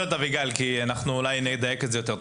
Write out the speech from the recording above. את אביגיל כי אולי נדייק את זה יותר טוב.